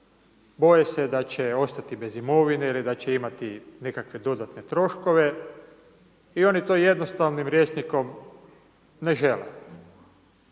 boje se da će ostati bez imovine ili da će imati nekakve dodatne troškove i oni to jednostavnim rječnikom ne žele.